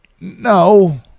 No